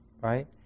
right